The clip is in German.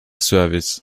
service